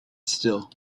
still